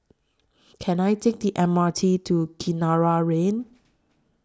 Can I Take The M R T to Kinara Lane